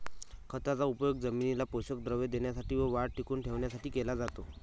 खताचा उपयोग जमिनीला पोषक द्रव्ये देण्यासाठी व वाढ टिकवून ठेवण्यासाठी केला जातो